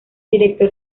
director